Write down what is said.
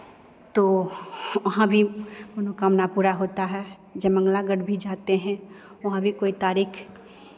तो वहां भी मनोकामना पूरा होता है जयमंगला गढ़ भी जाते हैं वहां भी कोई तारीख